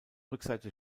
rückseite